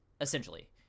Essentially